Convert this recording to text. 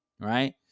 right